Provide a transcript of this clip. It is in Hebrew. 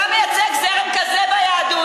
אתה מייצג זרם כזה ביהדות.